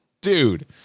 dude